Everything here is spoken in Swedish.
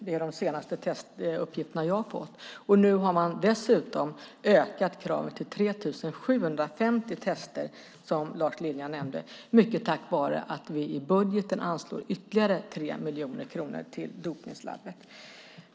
Det är de senaste uppgifterna som jag har fått. Nu har man dessutom ökat kraven och kräver 3 750 tester, som Lars Lilja nämnde, mycket tack vare att vi i budgeten anslår ytterligare 3 miljoner kronor till dopningslaboratoriet.